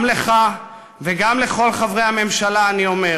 גם לך וגם לכל חברי הממשלה אני אומר: